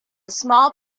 small